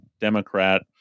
democrat